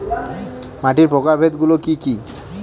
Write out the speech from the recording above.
মাটির প্রকারভেদ গুলো কি কী?